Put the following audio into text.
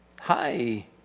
hi